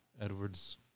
Edwards